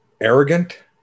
Arrogant